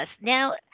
now